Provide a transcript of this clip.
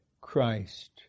Christ